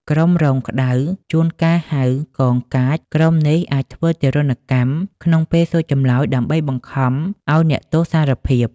ក្រុមរងក្តៅ (ជួនកាលហៅ កងកាច) ក្រុមនេះ អាចធ្វើទារុណកម្ម ក្នុងពេលសួរចម្លើយដើម្បីបង្ខំឱ្យអ្នកទោសសារភាព។